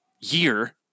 year